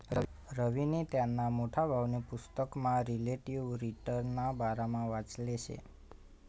रवीनी त्याना मोठा भाऊना पुसतकमा रिलेटिव्ह रिटर्नना बारामा वाचेल शे